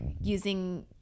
using